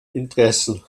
interessen